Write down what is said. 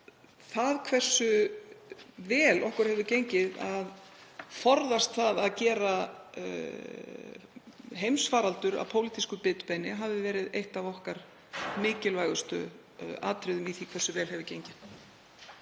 það hversu vel okkur hefur gengið að forðast að gera heimsfaraldur að pólitísku bitbeini hafi verið eitt af okkar mikilvægustu atriðum í því hversu vel hefur gengið.